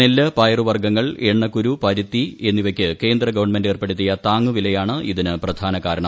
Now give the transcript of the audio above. നെല്ല് പയറുവർഗ്ഗങ്ങൾ എണ്ണക്കുരു പരുത്തി എന്നിവയ്ക്ക് കേന്ദ്രഗവൺമെന്റ് ഏർപ്പെടുത്തിയ താങ്ങുവിലയാണ് ഇതിന് പ്രധാന കാരണം